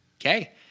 Okay